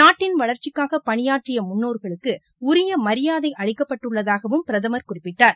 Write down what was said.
நாட்டின் வளர்ச்சிக்காக பணியாற்றிய முன்னோர்களுக்கு உரிய மரியாதை அளிக்கப்பட்டுள்ளதாகவும் பிரதமர் குறிப்பிட்டார்